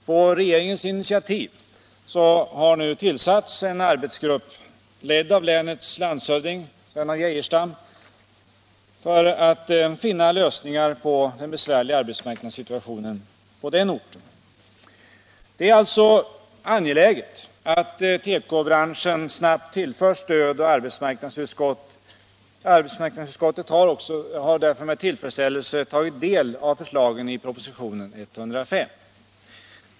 På regeringens initiativ har nu tillsatts en arbetsgrupp, ledd av länets landshövding Sven af Geijerstam, för att finna lösningar på den besvärliga arbetsmarknadssituationen på den orten. Det är alltså angeläget att tekobranschen snabbt tillförs stöd, och arbetsmarknadsutskottet har därför med tillfredsställelse tagit del av förslagen i propositionen 105.